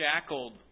shackled